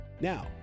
Now